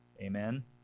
Amen